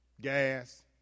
Gas